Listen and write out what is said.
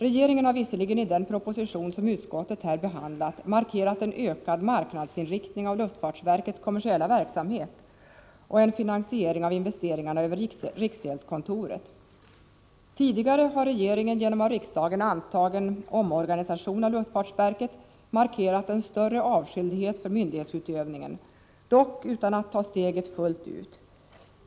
Regeringen har visserligen, i den proposition som utskottet här behandlat, markerat en ökad marknadsinriktning av luftfartsverkets kommersiella verksamhet och en finansiering av investeringarna över riksgäldskontoret — tidigare har regeringen genom av riksdagen antagen omorganisation av luftfartsverket markerat en större avskildhet för myndighetsutövningen, dock utan att ta steget fullt ut.